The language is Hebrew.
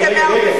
רגע,